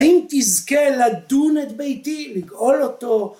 אם תזכה לדון את ביתי, לגאול אותו